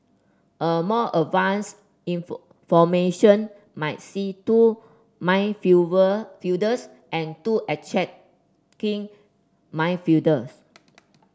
a more advanced formation might see two my and two attacking midfielders